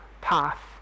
path